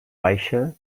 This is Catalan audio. baixa